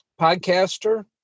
podcaster